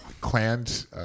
Clans